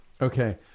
Okay